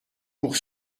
pour